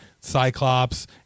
Cyclops